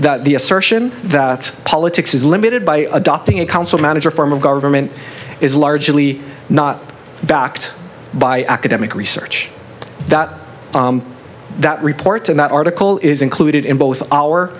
that the assertion that politics is limited by adopting a council manager form of government is largely not backed by academic research that that report in that article is included in both our